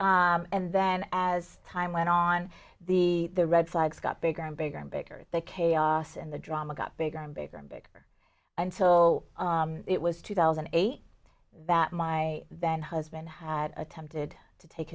and then as time went on the the red flags got bigger and bigger and bigger the chaos and the drama got bigger and bigger and bigger until it was two thousand and eight that my then husband had attempted to take